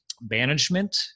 management